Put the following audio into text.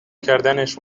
کردنش